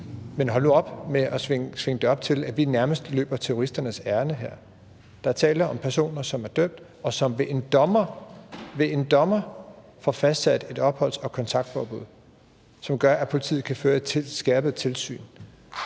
Men hold nu op med at svinge det op til, at vi her nærmest løber terroristernes ærinde. Der er tale om personer, som er dømt, og som ved en dommer – ved en dommer – får fastsat et opholds- og kontaktforbud, som gør, at politiet kan føre et skærpet tilsyn.